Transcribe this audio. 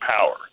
power